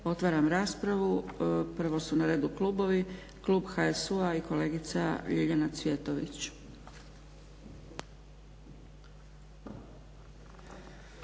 Otvaram raspravu. Prvo su na redu klubovi. Klub HSU-a i kolegica Ljiljana Cvjetović.